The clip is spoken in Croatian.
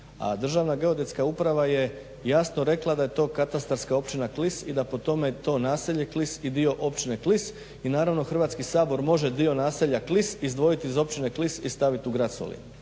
a Državna geodetska uprava je jasno rekla da je to katastarska Općina Klis i da po tome je to naselje Klis i dio Općine Klis i naravno Hrvatski sabor može dio naselja Klis izdvojit iz Općine klis i stavit u Grad Solin.